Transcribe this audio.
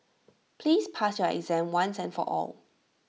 please pass your exam once and for all